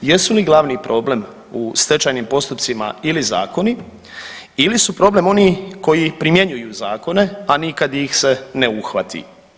Jesu li glavni problem u stečajnim postupcima ili zakoni ili su problem oni koji primjenjuju zakone, a nikad ih se ne uhvati?